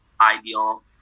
ideal